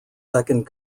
second